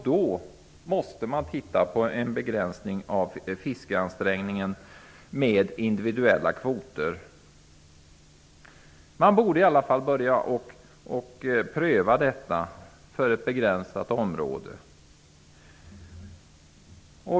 Då måste man titta närmare på en begränsning av fiskeansträngningen med individuella kvoter. I alla fall borde man börja pröva detta för ett begränsat område.